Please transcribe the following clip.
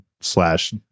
slash